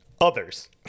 Others